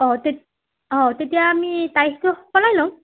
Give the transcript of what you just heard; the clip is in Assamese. অঁ তেত অঁ তেতিয়া আমি তাৰিখটো সলাই ল'ম